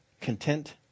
content